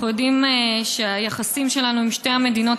אנחנו יודעים שהיחסים שלנו עם שתי המדינות